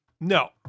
No